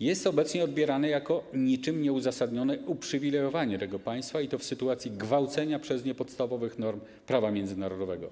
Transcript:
jest obecnie odbierane jako niczym nieuzasadnione uprzywilejowanie tego państwa, i to w sytuacji gwałcenia przez nie podstawowych norm prawa międzynarodowego.